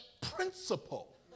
principle